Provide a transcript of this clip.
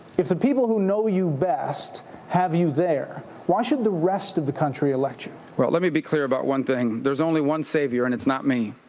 if the people who know you best have you there, why should the rest of the country elect you? well, let me be clear about one thing, there's only one savior and it's not me.